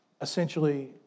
essentially